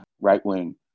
right-wing